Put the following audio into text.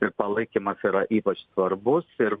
ir palaikymas yra ypač svarbus ir